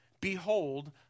behold